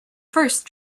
first